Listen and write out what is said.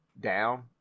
Down